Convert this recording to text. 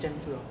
上网